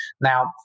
Now